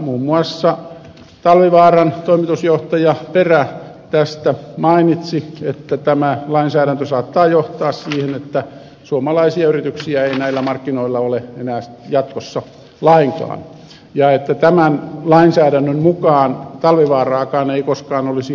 muun muassa talvivaaran toimitusjohtaja perä tästä mainitsi että tämä lainsäädäntö saattaa johtaa siihen että suomalaisia yrityksiä ei näillä markkinoilla ole enää jatkossa lainkaan ja että tämän lainsäädännön mukaan talvivaaraakaan ei koskaan olisi avattu